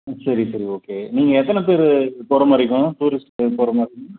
சரி சரி ஓகே நீங்கள் எத்தனை பேர் போகிற மாதிரி இருக்கும் டூரிஸ்ட்டுக்கு போகிற மாதிரி இருக்கும்